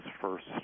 first